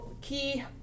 key